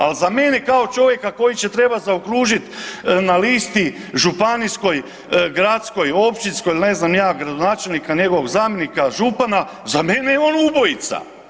Ali za mene kao čovjeka koji će trebati zaokružiti na listi županijskoj, gradskoj, općinskoj ili ne znam ni ja gradonačelnika, njegovog zamjenika, župana za mene je on ubojica.